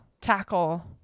tackle